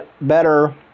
better